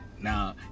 Now